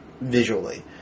visually